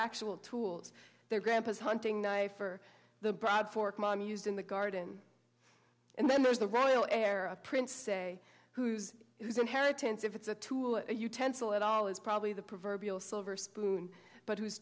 actual tools their grandpa's hunting knife or the bribe fork mom used in the garden and then there's the royal heir of prince say who's this inheritance if it's a tool utensil at all is probably the proverbial silver spoon but